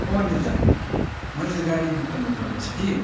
ओ अनिल दा मैले त गाडी बुक गर्नुपर्ने छ कि